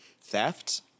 theft